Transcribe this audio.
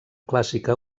clàssica